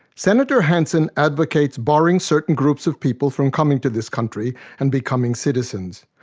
senator hanson advocates barring certain groups of people from coming to this country and becoming citizens.